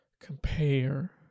compare